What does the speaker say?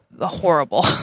horrible